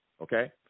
Okay